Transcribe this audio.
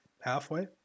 halfway